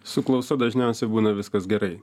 su klausa dažniausiai būna viskas gerai